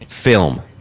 film